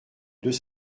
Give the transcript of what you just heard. deux